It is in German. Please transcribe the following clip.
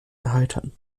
erheitern